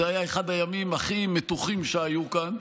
זה היה אחד הימים הכי מתוחים שהיו כאן.